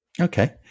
Okay